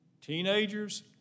Teenagers